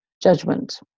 judgment